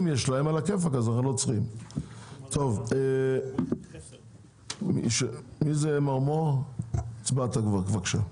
טוב, אוריאל מרמור, בבקשה,